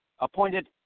appointed